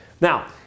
Now